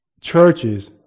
churches